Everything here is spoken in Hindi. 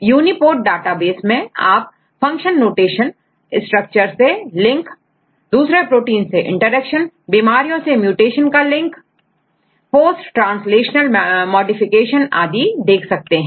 यूनीपोर्ट डाटाबेस से आप फंक्शन नोटेशन स्ट्रक्चर से लिंक दूसरे प्रोटीन से इंटरेक्शन बीमारियों से म्यूटेशन का लिंक पोस्ट ट्रांसलेशनल मॉडिफिकेशन आदि देख सकते हैं